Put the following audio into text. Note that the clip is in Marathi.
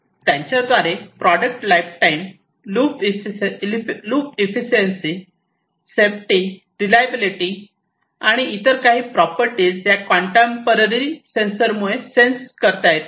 त्यांच्याद्वारे product lifetime loop efficiency safety reliability आणि इतर काही प्रॉपर्टीज या कॉनटेम्पओरियरी सेन्सर मुळे सेन्स करता येतात